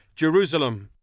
jerusalem.